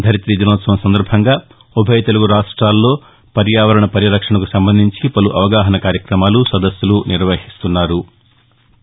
ధరిత్రీ దినోత్సవం సందర్బంగా ఉభయ తెలుగు రాష్టాల్లో పర్యావరణ పరిరక్షణకు సంబంధించి పలు అవగాహన కార్యక్రమాలు సదస్సులు నిర్వహిస్తునారు